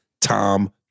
Tom